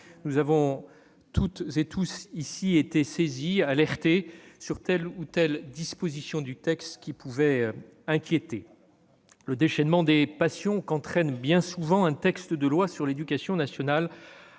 nous avons tous été saisis ou alertés à propos de telle ou telle disposition du texte qui pouvait inquiéter. Le déchaînement des passions qu'entraîne bien souvent un projet de loi sur l'éducation nationale